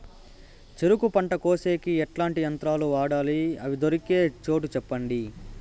చెరుకు పంట కోసేకి ఎట్లాంటి యంత్రాలు వాడాలి? అవి దొరికే చోటు చెప్పండి?